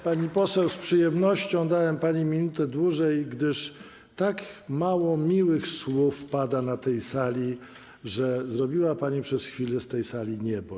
Pani poseł, z przyjemnością dałem pani minutę dłużej, gdyż tak mało miłych słów pada na tej sali, że zrobiła pani przez chwilę z tej sali niebo.